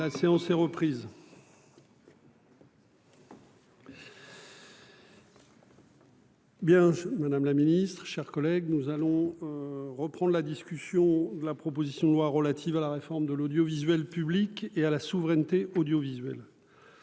La séance est reprise. Bien Madame la Ministre chers collègues nous allons. Reprendre la discussion de la proposition de loi relative à la réforme de l'audiovisuel public et à la souveraineté audiovisuel.